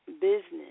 business